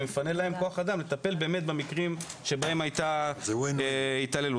ומפנה להם כוח-אדם לטפל במקרים שבהם הייתה התעללות.